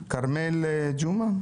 כרמל גומא,